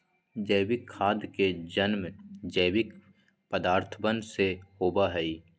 जैविक खाद के जन्म जैविक पदार्थवन से होबा हई